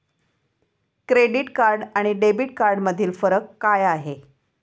Credit card आणि debit कार्डमधील फरक काय आहे?